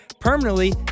permanently